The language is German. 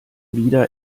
wieder